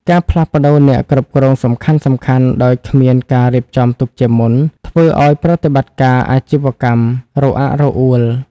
ការផ្លាស់ប្តូរអ្នកគ្រប់គ្រងសំខាន់ៗដោយគ្មានការរៀបចំទុកជាមុន ធ្វើឱ្យប្រតិបត្តិការអាជីវកម្មរអាក់រអួល។